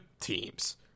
teams